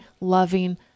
loving